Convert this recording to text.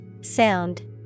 Sound